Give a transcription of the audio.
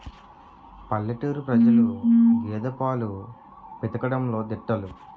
పల్లెటూరు ప్రజలు గేదె పాలు పితకడంలో దిట్టలు